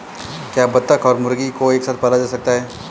क्या बत्तख और मुर्गी को एक साथ पाला जा सकता है?